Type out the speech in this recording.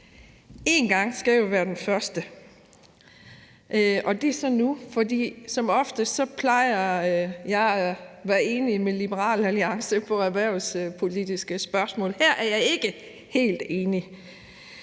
En gang skal jo være den første, og det er så nu, for som oftest plejer jeg at være enig med Liberal Alliance om erhvervspolitiske spørgsmål, men her er jeg ikke helt enig.